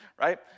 right